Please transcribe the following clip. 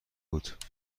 بود